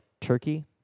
Turkey